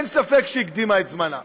אין ספק שהיא הקדימה את זמנה,